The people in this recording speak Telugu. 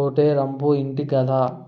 ఓటే రంపు ఇంటి గదా